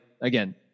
Again